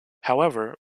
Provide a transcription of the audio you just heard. however